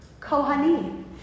kohanim